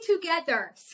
together